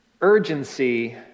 Urgency